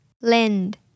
Lend